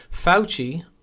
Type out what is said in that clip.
Fauci